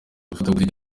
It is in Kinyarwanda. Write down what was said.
abafatabuguzi